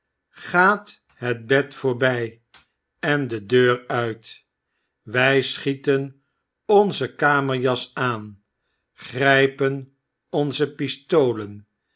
gaat het bed voorby en de deur uit wij schieten onze kamerjas aan grypen onze pistolen